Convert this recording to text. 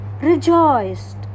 rejoiced